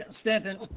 Stanton